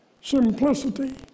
simplicity